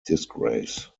disgrace